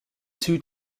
two